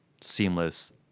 seamless